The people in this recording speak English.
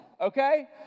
okay